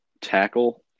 tackle